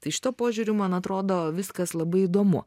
tai šituo požiūriu man atrodo viskas labai įdomu